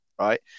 Right